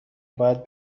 باید